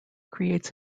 creates